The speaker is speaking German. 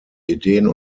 ideen